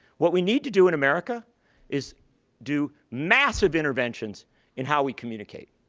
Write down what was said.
what we need to do in america is do massive interventions in how we communicate.